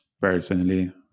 personally